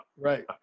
Right